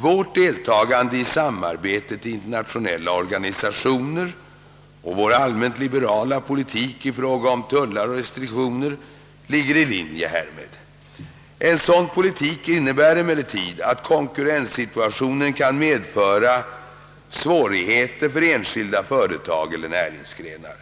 Vårt deltagande i samarbetet i internationella organisationer och vår allmänt liberala politik i fråga om tullar och restriktioner ligger i linje härmed. En sådan politik innebär emellertid att konkurrenssituationen kan medföra svårigheter för enskilda företag eller näringsgrenar.